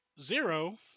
Zero